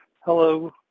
Hello